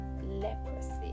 leprosy